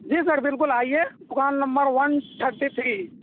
جی sir بالکل آئیے دوکان نمبر ون تھرٹی تھری